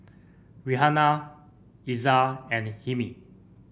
Raihana Izzat and Hilmi